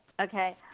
Okay